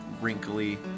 wrinkly